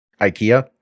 IKEA